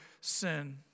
sin